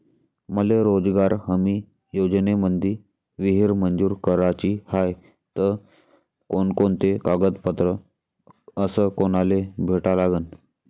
मले रोजगार हमी योजनेमंदी विहीर मंजूर कराची हाये त कोनकोनते कागदपत्र अस कोनाले भेटा लागन?